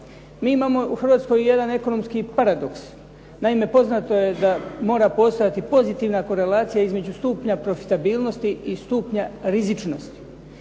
Mi imamo u Hrvatskoj i jedan ekonomski paradoks. Naime, poznato je da mora postojati pozitivna korelacija između stupnja profitabilnosti i stupnja rizičnosti.